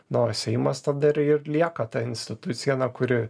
nors seimas dar ir lieka ta institucija na kuri